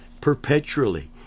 perpetually